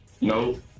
No